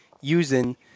using